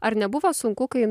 ar nebuvo sunku kai